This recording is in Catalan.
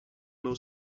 meu